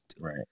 Right